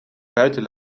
buiten